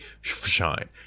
shine